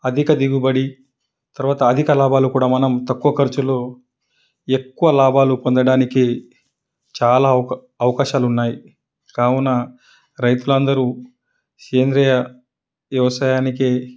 అధిక దిగుబడి తర్వాత అధిక లాభాలు కూడా మనం తక్కువ ఖర్చులో ఎక్కువ లాభాలు పొందడానికి చాలా అవకా అవకాశాలు ఉన్నాయి కావున రైతులు అందరూ సేంద్రియ వ్యవసాయానికి